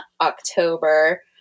October